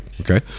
Okay